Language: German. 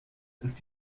ist